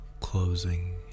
closing